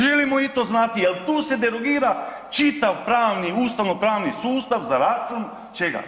Želimo i to znati jel tu se derogira čitav pravni, ustavnopravni sustav za račun, čega?